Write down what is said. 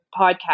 podcast